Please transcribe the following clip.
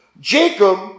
Jacob